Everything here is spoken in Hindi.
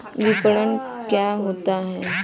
विपणन क्या होता है?